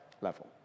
level